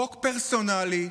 חוק פרסונלי,